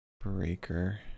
Breaker